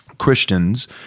Christians